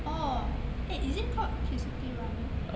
orh eh is it called Keisuke ramen